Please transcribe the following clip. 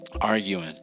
arguing